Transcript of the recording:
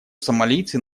сомалийцы